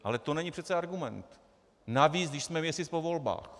Ale to není přece argument, navíc, když jsme měsíc po volbách.